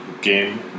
game